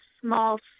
small